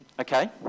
Okay